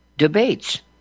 debates